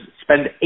spend